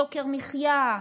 יוקר מחיה,